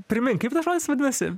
primink kaip tas žodis vadinasi